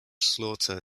slaughter